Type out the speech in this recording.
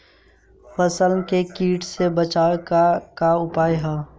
फसलन के कीट से बचावे क का उपाय है?